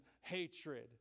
hatred